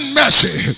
mercy